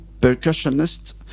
percussionist